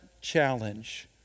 challenge